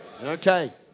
Okay